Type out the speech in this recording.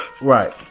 Right